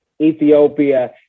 Ethiopia